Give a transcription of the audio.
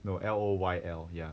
no L_O_Y_L